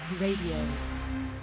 Radio